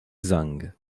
xang